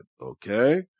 Okay